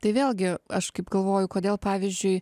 tai vėlgi aš kaip galvoju kodėl pavyzdžiui